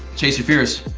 chase your fears,